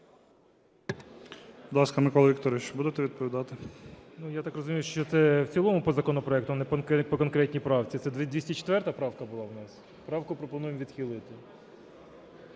ласка, Микола Вікторович, будете відповідати? 15:02:31 БАБЕНКО М.В. Ну, я так розумію, що це в цілому по законопроекту, а не по конкретній правці? Це 204 правка була в нас? Правку пропоную відхилити.